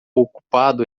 ocupado